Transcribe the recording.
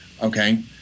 Okay